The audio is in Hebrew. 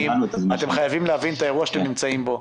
אתם חייבים להבין את האירוע שאתם נמצאים בו.